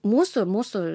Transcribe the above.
mūsų mūsų